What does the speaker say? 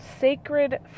sacred